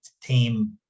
Team